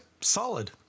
solid